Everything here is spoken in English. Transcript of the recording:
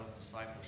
discipleship